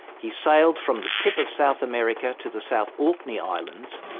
he sailed from the tip of south america to the south orkney islands,